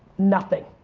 nothing.